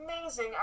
amazing